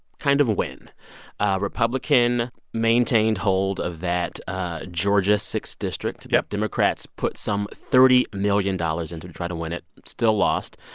kind of win. a republican maintained hold of that ah georgia's sixth district. yeah democrats put some thirty million dollars in to to try to win it still lost.